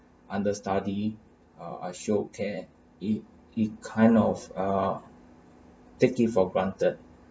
understudy uh I showed care it it kind of ah taken it for granted